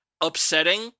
upsetting